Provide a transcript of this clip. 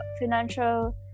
financial